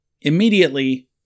immediately